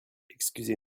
excusez